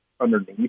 underneath